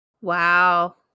Wow